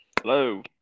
Hello